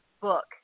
book